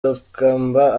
rukamba